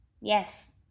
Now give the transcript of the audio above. yes